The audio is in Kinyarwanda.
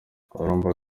urumva